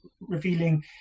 revealing